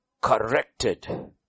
corrected